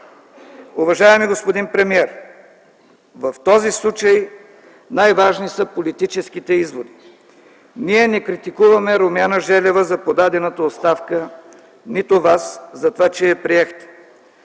Уважаеми господин премиер, в този случай най-важни са политическите изводи. Ние не критикуваме Румяна Желева за подадената оставка, нито Вас, затова че я приехте.